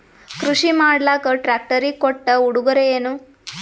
ಕೃಷಿ ಮಾಡಲಾಕ ಟ್ರಾಕ್ಟರಿ ಕೊಟ್ಟ ಉಡುಗೊರೆಯೇನ?